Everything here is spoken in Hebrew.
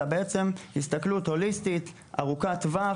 אלא בעצם הסתכלות הוליסטית ארוכת טווח,